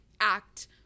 act